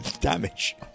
Damage